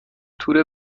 تور